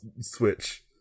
switch